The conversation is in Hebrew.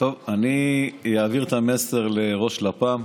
טוב, אני אעביר את המסר לראש לפ"ם.